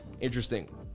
Interesting